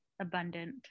abundant